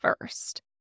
first